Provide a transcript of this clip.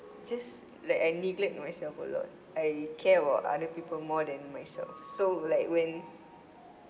just like I neglect myself a lot I care about other people more than myself so like when